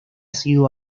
sido